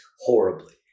horribly